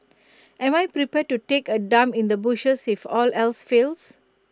am I prepared to take A dump in the bushes if all else fails